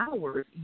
hours